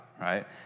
right